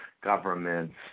governments